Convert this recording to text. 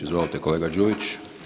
Izvolite kolega Đujić.